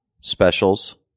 specials